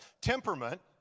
Temperament